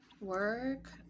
Work